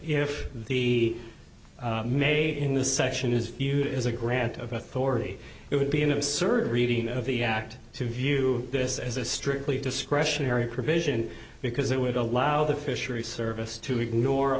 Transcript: if the made in this section is used as a grant of authority it would be an absurd reading of the act to view this as a strictly discretionary provision because it would allow the fishery service to ignore